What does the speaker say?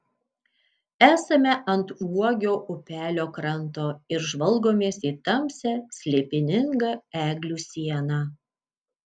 esame ant uogio upelio kranto ir žvalgomės į tamsią slėpiningą eglių sieną